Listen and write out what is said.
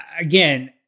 again